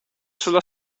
sulla